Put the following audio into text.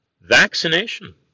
vaccination